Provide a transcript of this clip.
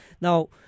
Now